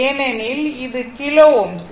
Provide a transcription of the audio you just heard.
ஏனென்றால் இது கிலோ Ω